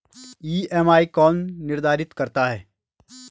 EMI कौन निर्धारित करता है?